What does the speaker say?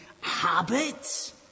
habits